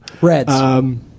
Reds